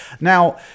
now